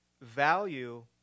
value